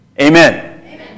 Amen